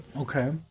okay